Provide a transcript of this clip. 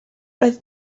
roedd